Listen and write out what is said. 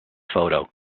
photo